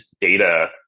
data